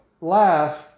last